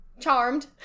Charmed